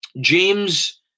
James